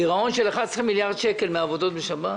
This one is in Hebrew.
גירעון של 11 מיליארד מהעבודות בשבת?